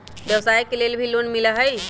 व्यवसाय के लेल भी लोन मिलहई?